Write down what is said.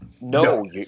no